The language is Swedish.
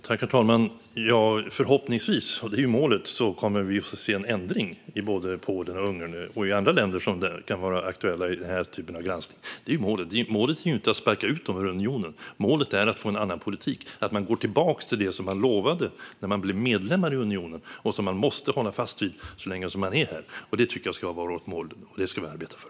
Herr talman! Förhoppningsvis kommer vi att få se en ändring, vilket ju är målet, i Polen, Ungern och andra länder som kan vara aktuella i den här typen av granskning. Det är målet. Målet är inte att sparka ut dem ur unionen, utan målet är att få en annan politik och att man går tillbaka till det som man lovade när man blev medlem i unionen och som man måste hålla fast vid så länge man är med. Det tycker jag ska vara vårt mål, och det ska vi arbeta för.